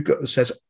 says